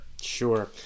Sure